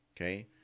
okay